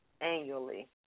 annually